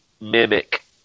mimic